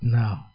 now